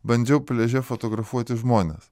bandžiau pliaže fotografuoti žmones